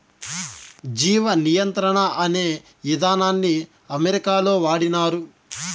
జీవ నియంత్రణ అనే ఇదానాన్ని అమెరికాలో వాడినారు